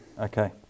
Okay